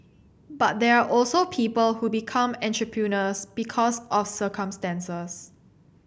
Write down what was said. but there are also people who become entrepreneurs because of circumstances